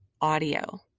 audio